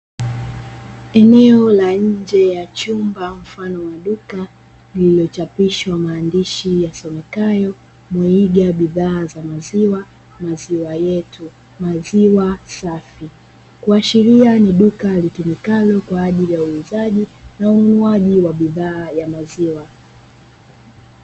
Eneo la nje ya chumba mfano wa duka, lililochapishwa kwa maandishi yasomekayo "mwenyeji wa bidhaa za maziwa yetu, maziwa safi" kuashiria ni duka litumikalo kwaajili ya uzaji na ununuzi wa bidhaa ya maziwa.